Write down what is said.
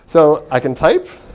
so i can type.